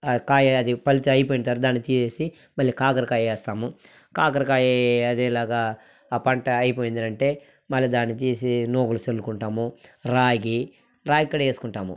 కాయ అది ఫలితయిపొయిన తరువాత దాన్ని తీసేసి మళ్ళీ కాకరకాయ ఏస్తాము కాకరకాయ అదేలాగా పంట అయిపోయిందరంటే మళ్ళీ దాన్ని తీసి నూగులు చల్లుకుంటాము రాగి రాగికాడా ఏసుకుంటాము